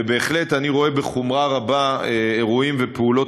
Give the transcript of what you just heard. ובהחלט אני רואה בחומרה רבה אירועים ופעולות